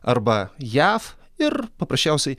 arba jav ir paprasčiausiai